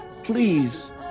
Please